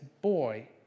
boy